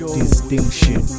distinction